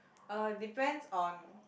uh depends on